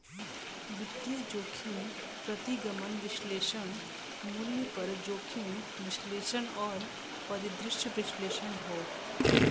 वित्तीय जोखिम प्रतिगमन विश्लेषण, मूल्य पर जोखिम विश्लेषण और परिदृश्य विश्लेषण हौ